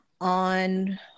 on